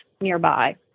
nearby